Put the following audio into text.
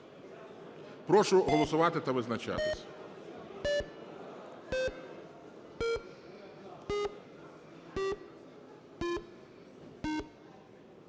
Прошу голосувати та визначатись.